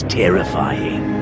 terrifying